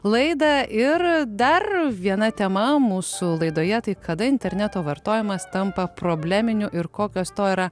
laida ir dar viena tema mūsų laidoje tai kada interneto vartojimas tampa probleminiu ir kokios to yra